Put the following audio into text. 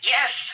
Yes